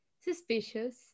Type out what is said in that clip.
suspicious